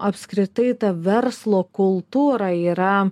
apskritai ta verslo kultūra yra